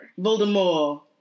Voldemort